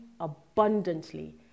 abundantly